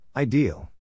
Ideal